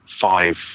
five